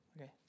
Okay